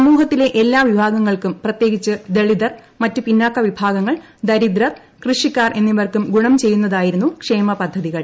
സമൂഹത്തിലെ എല്ലാ വിഭാഗങ്ങൾക്കും പ്രത്യേകിച്ച് ദളിതൽ മറ്റ് പിന്നാക്ക വിഭാഗങ്ങൾ ദദിദ്രർ കൃഷിക്കാർ എന്നിവർക്കും ഗുണം ചെയ്യുന്നതായിരുന്നു ക്ഷേമ പദ്ധതികൾ